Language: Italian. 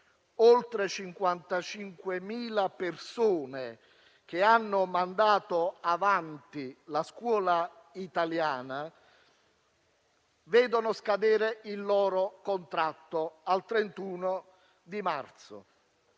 oltre 55.000 persone, che hanno mandato avanti la scuola italiana, vedranno scadere il loro contratto. Mancano